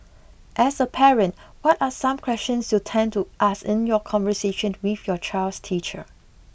as a parent what are some questions you tend to ask in your conversation with your child's teacher